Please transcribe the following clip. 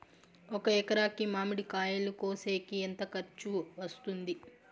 ఒక ఎకరాకి మామిడి కాయలు కోసేకి ఎంత ఖర్చు వస్తుంది?